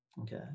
Okay